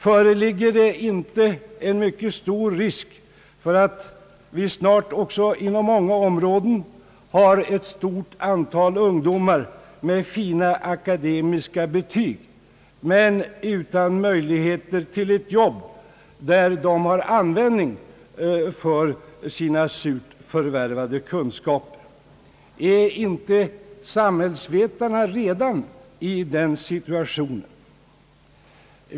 Föreligger det inte en mycket stor risk för att vi snart inom många områden har ett stort antal ungdomar med fina akademiska betyg men utan möjligheter till jobb, där de har användning för sina surt förvärvade kunskaper? Är inte samhällsvetarna redan i den situationen?